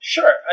Sure